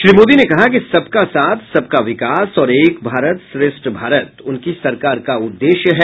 श्री मोदी ने कहा कि सबका साथ सबका विकास और एक भारत श्रेष्ठ भारत उनकी सरकार का उद्देश्य है